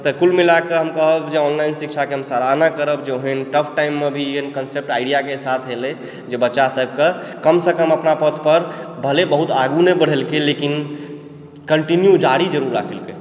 तऽ कुल मिलाकेँ हम कहब जे ऑनलाइन शिक्षाके हम सराहना करब जे ओहन टफ टाइममे भी ई कन्सेप्ट आइडियाके साथ एलय जे बच्चा सभकऽ कमसंँ कम अपना पथ पर भले बहुत आगूँ नहि बढ़ेलकय लेकिन कन्टीन्यु जारी जरुर राखलकय